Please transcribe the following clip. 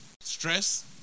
Stress